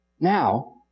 Now